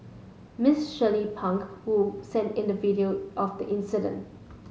Miss Shirley Pang who sent in the video of the incident